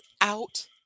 out